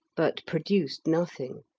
but produced nothing.